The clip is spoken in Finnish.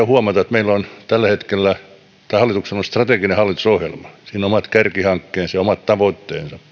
huomata että hallituksella on tällä hetkellä strateginen hallitusohjelma siinä on omat kärkihankkeensa ja omat tavoitteensa